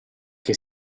che